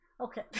Okay